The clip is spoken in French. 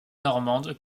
normande